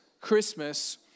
Christmas